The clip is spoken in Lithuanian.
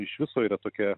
iš viso yra tokia